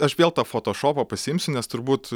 aš vėl tą fotošopą pasiimsiu nes turbūt